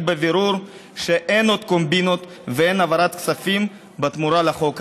בבירור שאין עוד קומבינות ואין העברת כספים בתמורה לחוק הזה.